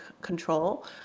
control